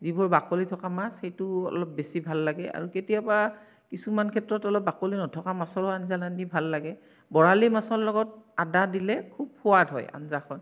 যিবোৰ বাকলি থকা মাছ সেইটো অলপ বেছি ভাল লাগে আৰু কেতিয়াবা কিছুমান ক্ষেত্ৰত অলপ বাকলি নথকা মাছৰো আঞ্জা ৰান্ধি ভাল লাগে বৰালি মাছৰ লগত আদা দিলে খুব সোৱাদ হয় আঞ্জাখন